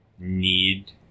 need